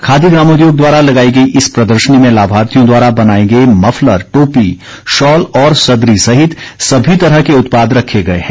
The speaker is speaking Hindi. खादी ग्रामोद्योग द्वारा लगाई गई इस प्रदर्शनी में लाभार्थियों द्वारा बनाए गए मफ्लर टोपी शॉल और सदरी सहित सभी तरह के उत्पाद रखे गए हैं